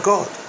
God